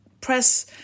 press